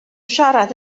siarad